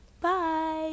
bye